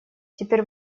теперь